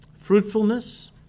fruitfulness